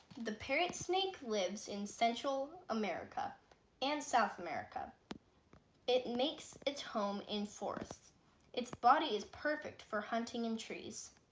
the parent snake lives in central america and south america it makes its home in force its body is perfect for hunting and trees